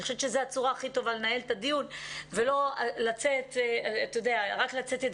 אני חושבת שזו הצורה הכי טובה לנהל את הדיון ולא רק לצאת ימי חובה,